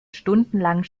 stundenlang